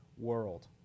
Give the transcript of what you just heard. world